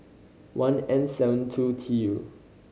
one N seven two T U